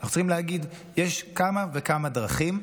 אנחנו צריכים להגיד: יש כמה וכמה דרכים,